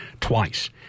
twice